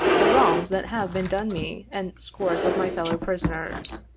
the wrongs that have been done me and scores of my fellow prisoners.